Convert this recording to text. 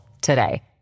today